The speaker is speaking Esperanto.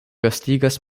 gastigas